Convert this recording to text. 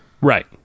Right